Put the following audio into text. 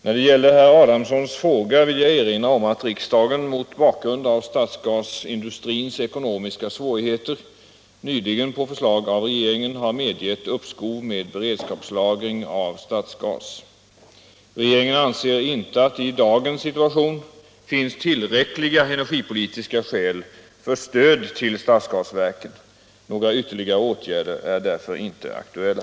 När det gäller herr Adamssons fråga vill jag erinra om att riksdagen, mot bakgrund av stadsgasindustrins ekonomiska svårigheter, nyligen på förslag av regeringen har medgett uppskov med beredskapslagring av stadsgas. Regeringen anser inte att det i dagens situation finns tillräckliga energipolitiska skäl för stöd till stadsgasverken. Några ytterligare åtgärder är därför inte aktuella.